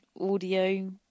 audio